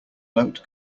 note